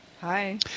Hi